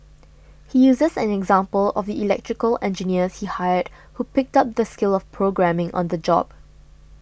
he uses an example of the electrical engineers he hired who picked up the skill of programming on the job